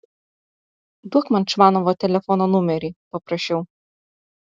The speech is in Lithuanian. duok man čvanovo telefono numerį paprašiau